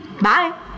bye